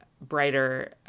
brighter